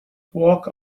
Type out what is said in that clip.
walk